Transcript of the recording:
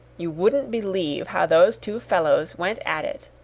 you wouldn't believe how those two fellows went at it!